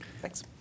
Thanks